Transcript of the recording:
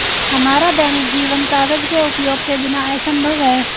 हमारा दैनिक जीवन कागज के उपयोग के बिना असंभव है